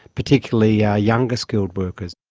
particularly yeah younger skilled workers.